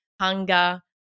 Hunger